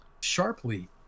sharply